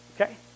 Okay